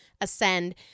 Ascend